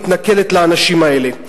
מתנכלת לאנשים האלה.